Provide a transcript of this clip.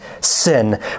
sin